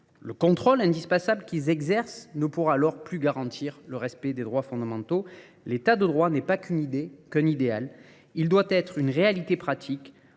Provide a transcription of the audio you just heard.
Le contrôle indispensable qu'ils exercent ne pourra alors plus garantir le respect des droits fondamentaux. L'état de droit n'est pas qu'une idée, qu'un idéal. Il doit être une réalité pratique